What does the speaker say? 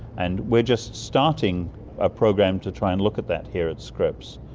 and we're just starting a program to try and look at that here at scripps,